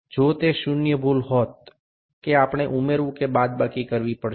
এটিতে যদি শূন্য ত্রুটি থাকত তবে আমাদের সেটি যোগ বা বিয়োগ করতে হত